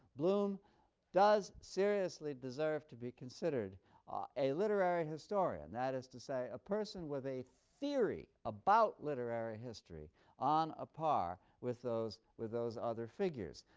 bloom does seriously deserve to be considered a literary historian that is to say, a person with a theory about literary history on a par with those with those other figures.